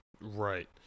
Right